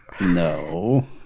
No